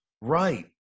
right